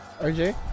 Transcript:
RJ